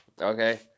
Okay